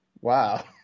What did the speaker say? Wow